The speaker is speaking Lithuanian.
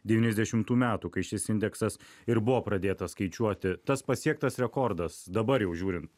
devyniasdešimtų metų kai šis indeksas ir buvo pradėtas skaičiuoti tas pasiektas rekordas dabar jau žiūrint